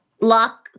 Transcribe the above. Lock